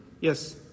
Yes